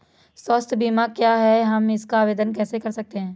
स्वास्थ्य बीमा क्या है हम इसका आवेदन कैसे कर सकते हैं?